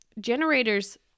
generators